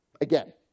again